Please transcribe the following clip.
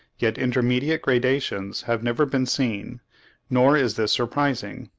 yet intermediate gradations have never been seen nor is this surprising,